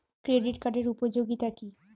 Credit কার্ডের উপযোগিতা কি?